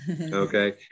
okay